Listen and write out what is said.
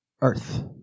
earth